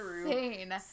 insane